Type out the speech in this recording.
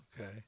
Okay